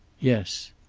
yes.